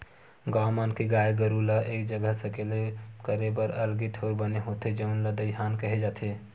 गाँव मन के गाय गरू ल एक जघा सकेला करे बर अलगे ठउर बने होथे जउन ल दईहान केहे जाथे